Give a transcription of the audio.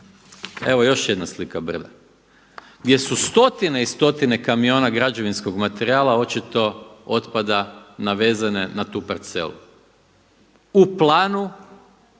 Evo još jedna slika brda gdje su stotine i stotine kamiona građevinskog materijala očito otpada navezene na tu parcelu. U Planu,